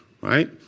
right